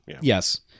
yes